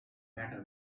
matter